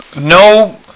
No